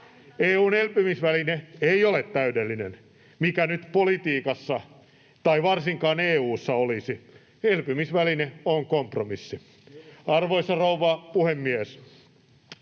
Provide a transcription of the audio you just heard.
EU:n elpymisväline ei ole täydellinen — mikä nyt politiikassa tai varsinkaan EU:ssa olisi? Elpymisväline on kompromissi. Arvoisa rouva puhemies!